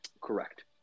Correct